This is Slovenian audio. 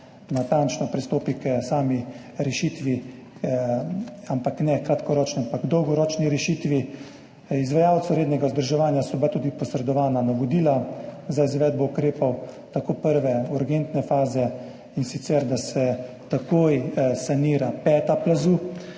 natančno pristopi k sami rešitvi, ne kratkoročni, ampak k dolgoročni rešitvi. Izvajalcu rednega vzdrževanja so bila tudi posredovana navodila za izvedbo prve urgentne faze ukrepov, in sicer da se takoj sanira peta plazu.